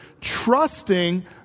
trusting